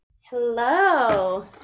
Hello